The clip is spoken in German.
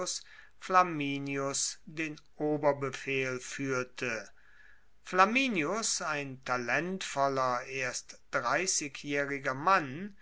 flamininus den oberbefehl fuehrte flamininus ein talentvoller erst dreissigjaehriger mann